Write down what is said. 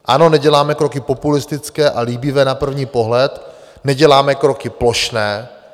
Ano, neděláme kroky populistické a líbivé na první pohled, neděláme kroky plošné.